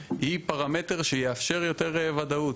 היא פרמטר שיאפשר יותר ודאות.